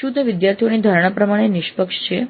શું તે વિદ્યાર્થીઓની ધારણા પ્રમાણે નિષ્પક્ષ છે